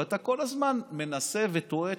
ואתה כל הזמן מנסה וטועה,